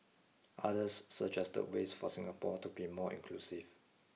others suggested ways for Singapore to be more inclusive